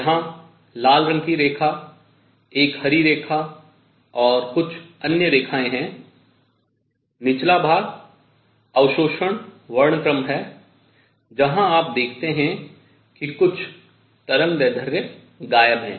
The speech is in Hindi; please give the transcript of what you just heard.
यहां लाल रंग की एक रेखा एक हरी रेखा और कुछ अन्य रेखाएं है निचला भाग अवशोषण वर्णक्रम है जहां आप देखते हैं कि कुछ तरंगदैर्ध्य गायब हैं